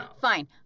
Fine